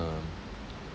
um